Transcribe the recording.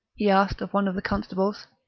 he asked of one of the constables.